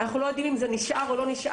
אנחנו לא יודעים אם זה נשאר או לא נשאר.